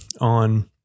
on